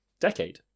decade